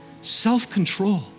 self-control